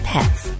Pets